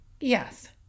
Yes